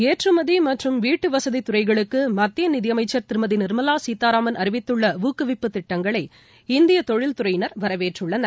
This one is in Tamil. ஏற்றுமதி மற்றும் வீட்டுவசதி துறைகளுக்கு மத்திய நிதியமைச்சர் திருமதி நிர்மலா சீதாராமன் அறிவித்துள்ள ஊக்குவிப்பு திட்டங்களை இந்திய தொழில்துறையினர் வரவேற்றுள்ளனர்